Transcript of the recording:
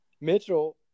Mitchell